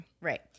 Right